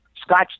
scotch